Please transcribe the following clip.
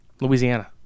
Louisiana